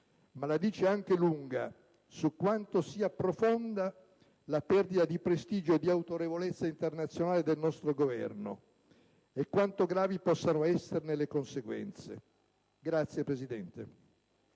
ma la dice anche lunga su quanto sia profonda la perdita di prestigio e autorevolezza internazionale del nostro Governo e quanto gravi possano esserne le conseguenze. *(Applausi